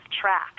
track